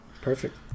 Perfect